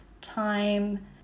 time